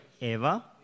Eva